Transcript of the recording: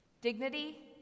Dignity